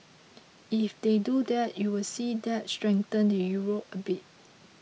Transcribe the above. if they do that you would see that strengthen the Euro a bit